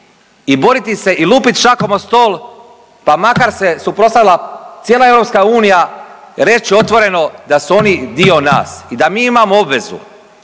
i boriti se i lupit šakom o stol pa makar se suprotstavila cijela EU reći otvoreno da su oni dio nas i da mi imamo obvezu